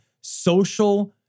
social